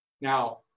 Now